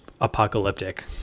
apocalyptic